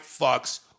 fucks